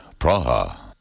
Praha